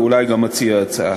ואולי גם אציע הצעה.